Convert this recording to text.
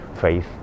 Faith